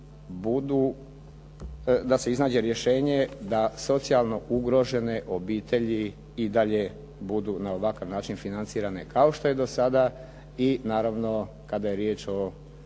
da se iznađe rješenje da socijalno ugrožene obitelji i dalje budu na ovakav način financirane kao što je do sada i naravno kada je riječ o